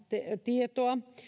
tietoa